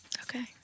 Okay